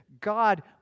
God